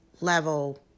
level